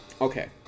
okay